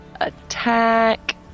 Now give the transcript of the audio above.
attack